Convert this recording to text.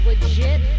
Legit